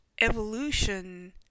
evolution